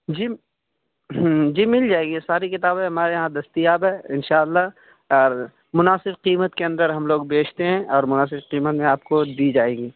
جی جی مل جائے گی ساری کتابیں ہمارے یہاں دستیاب ہے ان شاء اللہ اور مناسب قیمت کے اندر ہم لوگ بیچتے ہیں اور مناسب قیمت میں آپ کو دی جائیں گی